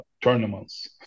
tournaments